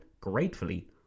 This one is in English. gratefully